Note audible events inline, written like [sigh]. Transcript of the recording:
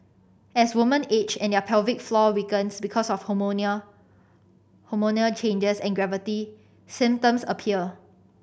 as women age and their pelvic floor weakens because of [unintelligible] changes and gravity symptoms appear